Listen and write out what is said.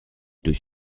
durch